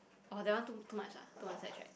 orh that one too too much ah too much sidetrack